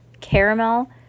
caramel